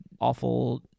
awful